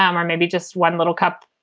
um or maybe just one little cup.